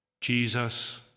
Jesus